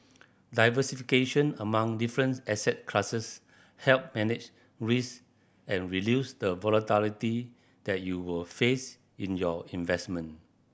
diversification among difference asset classes help manage risk and reduce the volatility that you will face in your investment